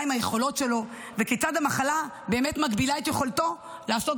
מהן היכולות שלו וכיצד המחלה באמת מגבילה את יכולתו לעסוק